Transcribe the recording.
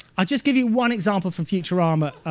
i'll just give you one example from futurama,